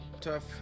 Tough